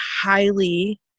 highly